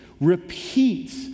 repeats